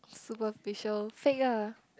superficial fake ah